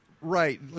Right